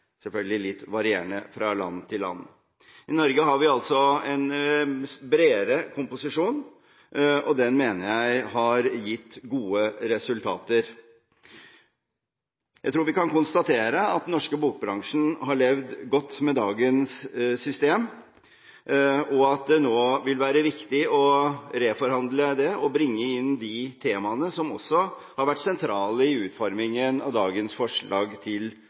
selvfølgelig litt varierende fra land til land. I Norge har vi en bredere komposisjon, og den mener jeg har gitt gode resultater. Jeg tror vi kan konstatere at den norske bokbransjen har levd godt med dagens system, og at det nå vil være viktig å reforhandle det og bringe inn de temaene som også har vært sentrale i utformingen av dagens forslag til